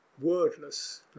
wordless